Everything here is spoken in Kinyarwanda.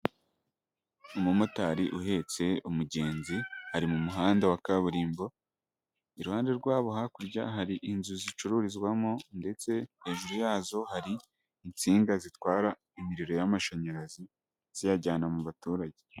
Umumotari uhetse umugenzi ari mu muhanda wa kaburimbo, iruhande rwabo hakurya hari inzu zicururizwamo ndetse hejuru yazo hari insinga zitwara imiriro y'amashanyarazi ziyajyana mu baturage.